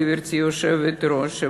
גברתי היושבת-ראש,